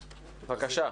תרבות, בבקשה.